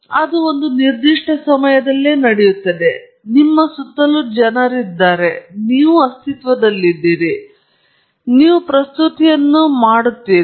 ಆದ್ದರಿಂದ ಇದು ಒಂದು ನಿರ್ದಿಷ್ಟ ಸಮಯದಲ್ಲೇ ನಡೆಯುತ್ತದೆ ನಿಮ್ಮ ಸುತ್ತಲಿನ ಜನರಿದ್ದಾರೆ ನೀವು ಅಸ್ತಿತ್ವದಲ್ಲಿದ್ದೀರಿ ಮತ್ತು ನಂತರ ನೀವು ಪ್ರಸ್ತುತಿಯನ್ನು ಮಾಡುತ್ತಾರೆ